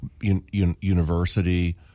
University